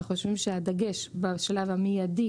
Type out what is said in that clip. אנחנו חושבים שהדגש, בשלב המיידי